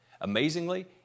Amazingly